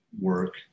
work